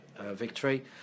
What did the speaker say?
victory